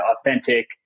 authentic